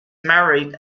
married